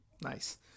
Nice